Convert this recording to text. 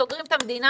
סוגרים את המדינה